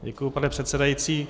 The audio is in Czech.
Děkuji, pane předsedající.